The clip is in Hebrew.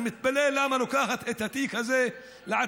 אני מתפלא למה היא לוקחת את התיק הזה לעצמה.